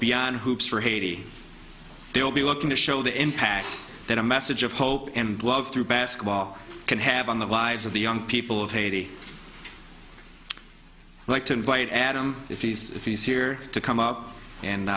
beyond hoops for haiti they will be looking to show the impact that a message of hope and love through basketball can have on the lives of the young people of haiti i like to invite adam if he's if he's here to come out and